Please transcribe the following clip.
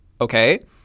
okay